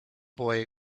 boy